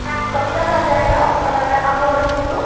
میم کب تک آ جائے گا اگر میں اب آڈر کروں تو